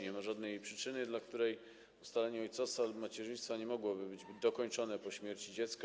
Nie ma żadnej przyczyny, dla której ustalenie ojcostwa lub macierzyństwa nie mogłoby być dokończone po śmierci dziecka.